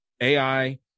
AI